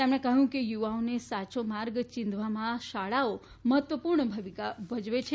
તેમણે કહ્યું કે યુવાઓને સાચો માર્ગ ચીંધવામાં શાળાઓ મહત્વપૂર્ણ ભૂમિકા ભજવે છે